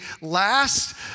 last